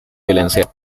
violencia